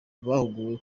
bahuguwe